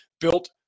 Built